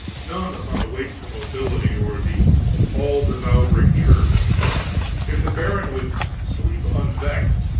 none upon the wasteful nobility or the all-devouring church if the baron would sleep unvexed,